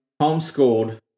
homeschooled